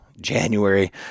January